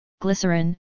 glycerin